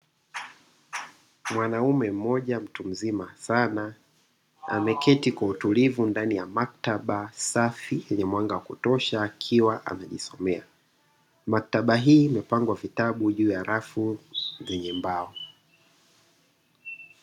Mwanaume mmoja mtu mzima sana ameketi kwa utulivu ndani ya maktaba safi yenye mwanga wa kutosha akiwa amejisomea maktaba hii imepangwa vitabu juu ya rafu zenye mbao.